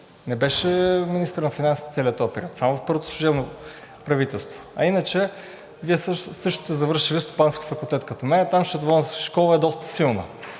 не беше министър на финансите в целия този период – само в първото служебно правителство. А иначе Вие също сте завършили стопански факултет като мен, там счетоводната школа е доста силна.